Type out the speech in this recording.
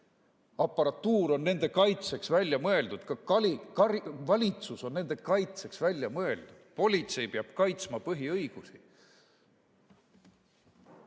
aparatuur on nende kaitseks välja mõeldud. Ka valitsus on nende kaitseks välja mõeldud. Politsei peab kaitsma põhiõigusi.